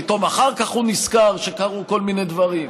ופתאום אחר כך הוא נזכר שקרו כל מיני דברים.